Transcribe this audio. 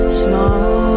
small